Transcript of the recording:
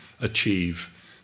achieve